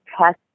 test